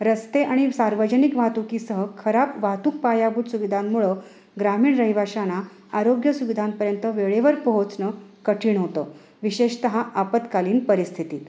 रस्ते आणि सार्वजनिक वाहतुकीसह खराब वाहतूक पायाभूत सुविधांमुळं ग्रामीण रहिवाशांना आरोग्य सुविधांपर्यंत वेळेवर पोहोचणं कठीण होतं विशेषतः आपत्कालीन परिस्थितीत